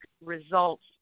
results